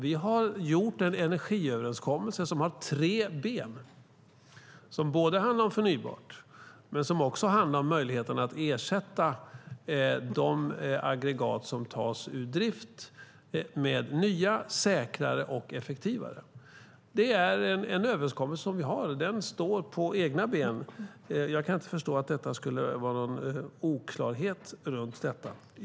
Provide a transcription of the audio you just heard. Vi har gjort en energiöverenskommelse som har tre ben, som både handlar om förnybart och om möjligheten att ersätta de aggregat som tas ur drift med nya, säkrare och effektivare. Det är en överenskommelse vi har, och den står på egna ben. Jag kan inte förstå att det skulle vara någon oklarhet runt detta.